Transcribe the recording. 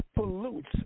pollutes